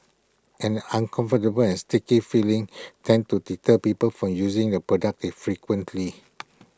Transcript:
an uncomfortable and sticky feeling tends to deter people from using the product frequently